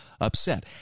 upset